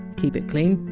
keep it clean,